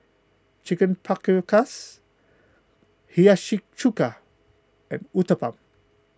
Chicken Paprikas Hiyashi Chuka and Uthapam